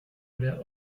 oder